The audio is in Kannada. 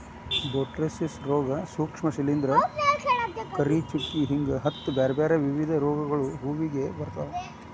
ಬೊಟ್ರೇಟಿಸ್ ರೋಗ, ಸೂಕ್ಷ್ಮ ಶಿಲಿಂದ್ರ, ಕರಿಚುಕ್ಕಿ ಹಿಂಗ ಹತ್ತ್ ಬ್ಯಾರ್ಬ್ಯಾರೇ ವಿಧದ ರೋಗಗಳು ಹೂವಿಗೆ ಬರ್ತಾವ